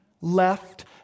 Left